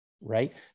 right